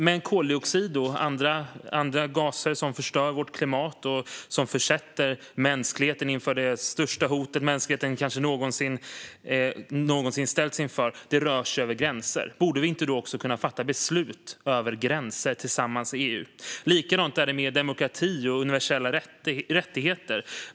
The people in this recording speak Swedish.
Men koldioxid och andra gaser som förstör vårt klimat och som ställer mänskligheten inför det största hot mänskligheten kanske någonsin ställts inför rör sig över gränser. Borde vi då inte kunna fatta beslut över gränser, tillsammans i EU? Likadant är det med demokrati och universella rättigheter.